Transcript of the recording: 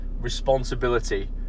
responsibility